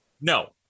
No